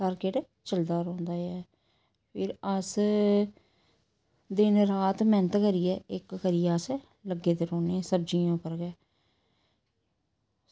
target चलदा रौंह्दा ऐ फिर अस दिन रात मेह्नत करियै इक करियै अस लग्गे दे रौह्न्ने सब्ज़ियें उप्पर गै